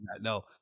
No